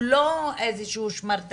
הוא לא איזה שהוא שמרטפייה,